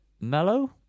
mellow